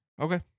Okay